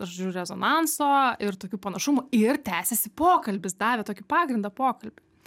žodžiu rezonanso ir tokių panašumų ir tęsėsi pokalbis davė tokį pagrindą pokalbiui